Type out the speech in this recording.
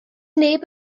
neb